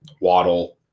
Waddle